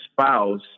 spouse